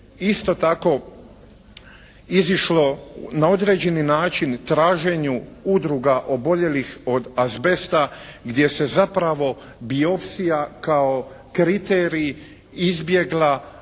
isto tako izišlo na određeni način traženju udruga oboljelih od azbesta gdje se zapravo biopsija kao kriterij izbjegla u